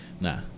Nah